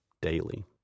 daily